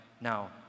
now